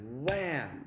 wham